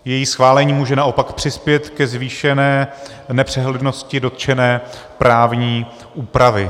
Její schválení může naopak přispět ke zvýšené nepřehlednosti dotčené právní úpravy.